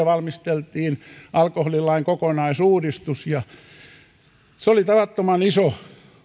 valmisteltiin alkoholilain kokonaisuudistus ja se oli tavattoman iso